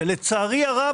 ולצערי הרב,